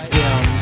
down